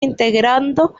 integrando